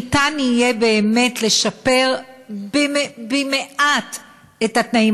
כדי שניתן יהיה באמת לשפר במעט את התנאים